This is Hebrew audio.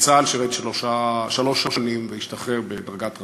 בצה"ל שירת שלוש שנים, והשתחרר בדרגת רב-סרן.